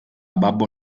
babbo